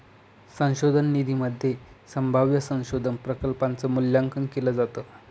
संशोधन निधीमध्ये संभाव्य संशोधन प्रकल्पांच मूल्यांकन केलं जातं